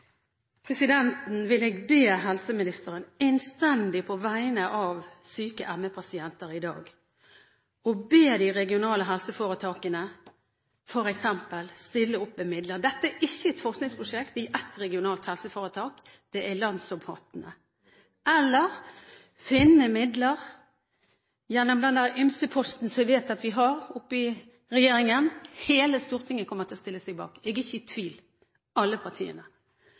presidenten vil jeg innstendig be helseministeren, på vegne av syke ME-pasienter, i dag be de regionale helseforetakene, f.eks., stille opp med midler – dette er ikke et forskningsprosjekt i ett regionalt helseforetak; det er landsomfattende - eller finne midler gjennom den ymse-posten som jeg vet at regjeringen har, og hele Stortinget, alle partiene, kommer til å stille seg bak det, jeg er ikke i tvil